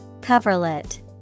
Coverlet